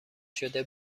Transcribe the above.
شده